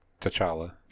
T'Challa